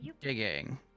digging